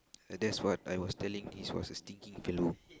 that's what I was telling this was a stinking fellow